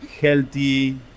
Healthy